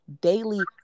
daily